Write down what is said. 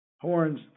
horns